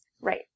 right